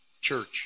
church